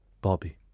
Bobby